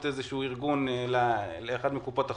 איזשהו ארגון לאחת מקופות החולים.